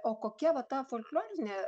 o kokia va ta folklorinė